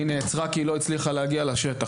היא נעצרה, כי היא לא הצליחה להגיע לשטח.